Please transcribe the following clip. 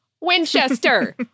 Winchester